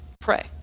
pray